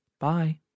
Bye